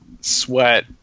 sweat